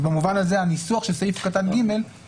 אז במובן הזה, הניסוח של סעיף קטן (ג)...